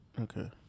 Okay